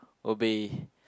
would be